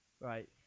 Right